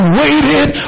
waited